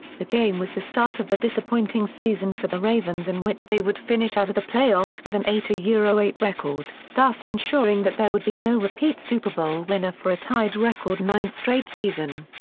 the game was the start of a disappointing season for the ravens in which they would finish out of the playoffs with an eight yeah eight record, thus insuring that there would be no repeat super bowl winner for a tied record ninth straight season.